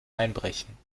einbrechen